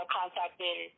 contacted